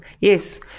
Yes